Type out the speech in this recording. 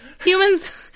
humans